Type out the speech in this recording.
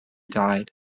died